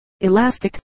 elastic